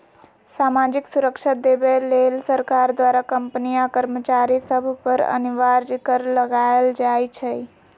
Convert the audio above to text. सामाजिक सुरक्षा देबऐ लेल सरकार द्वारा कंपनी आ कर्मचारिय सभ पर अनिवार्ज कर लगायल जाइ छइ